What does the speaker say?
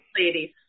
ladies